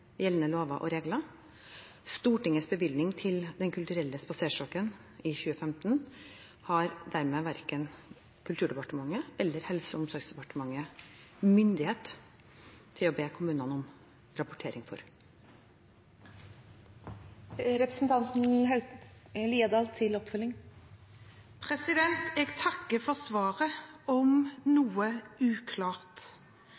gjeldende lover og regler. Stortingets bevilgning til Den kulturelle spaserstokken i 2015 har dermed verken Kulturdepartementet eller Helse- og omsorgsdepartementet myndighet til å be kommunene om rapportering for. Jeg takker for svaret, om det enn var noe uklart. En verdig alderdom handler bl.a. om